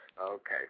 Okay